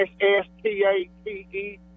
S-T-A-T-E